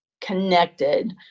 connected